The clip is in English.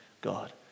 God